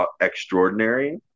extraordinary